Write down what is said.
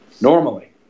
normally